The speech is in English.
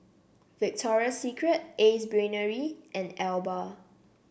Victoria Secret Ace Brainery and Alba